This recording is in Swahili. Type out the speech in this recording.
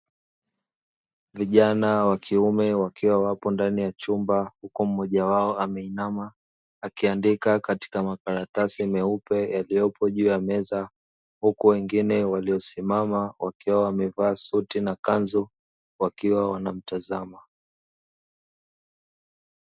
Kijana wakiwa ndani ya chumba huku mmoja wao ameinama, akiandika katika makaratasi meupe yaliyopo juu ya meza, huku wengine wamesimama wakiwa wamevaa suti na kanzu wakiwa wanamtazama.